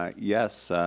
ah yes,